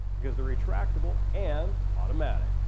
because they're retractable and automatic.